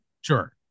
Sure